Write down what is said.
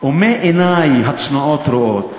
ומה עיני הצנועות רואות?